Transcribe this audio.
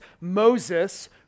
Moses